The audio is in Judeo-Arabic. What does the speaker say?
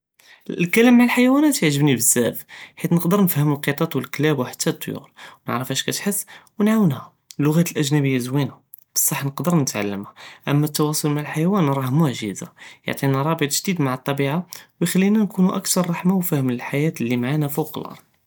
אלקלם מע אלח'יואנות קיעجبני בזאף חית נכדר נפהם אלקטוט ו אלכלאב וחתא אלט'יור נערף אש קטחס ונעווןאהא, אללוגאת אלאג'נביה זוינה בסח נכדר נתעלמה אמה אלתואסול מע אלח'יואן ראה מעג'זה, יעטינה ראבט ג'דיד מע אלטבעיה ויחלינא נكونו אכתר רחמה ו פהמ ללחייאה לי מעאנא פוק אלארד.